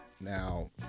Now